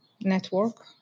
network